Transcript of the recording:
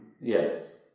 yes